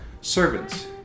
servants